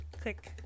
Click